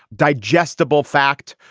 digestible fact.